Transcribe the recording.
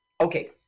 Okay